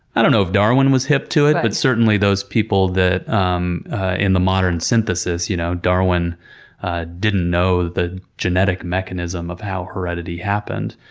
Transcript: i don't know if darwin was hip to it, but certainly those people um in the modern synthesis. you know darwin didn't know the genetic mechanism of how heredity happened,